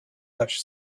such